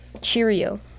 Cheerio